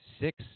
six